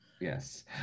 yes